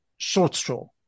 Shortstraw